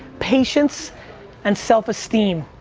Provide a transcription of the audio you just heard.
patience and self-esteem.